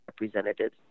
representatives